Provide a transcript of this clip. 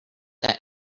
that